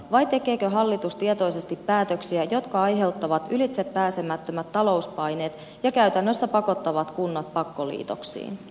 vai tekeekö hallitus tietoisesti päätöksiä jotka aiheuttavat ylitsepääsemättömät talouspaineet ja käytännössä pakottavat kunnat pakkoliitoksiin